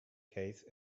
case